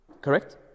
Correct